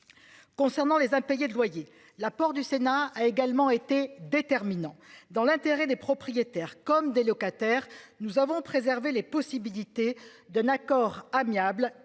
Concernant les impayés de loyers. La porte du Sénat a également été déterminant dans l'intérêt des propriétaires, comme des locataires. Nous avons préservé les possibilités d'un accord amiable